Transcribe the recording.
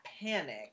panic